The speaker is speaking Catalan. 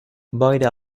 boira